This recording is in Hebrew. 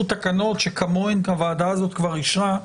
תקנות שכמוהן הוועדה הזאת כבר אישרה,